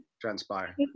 transpire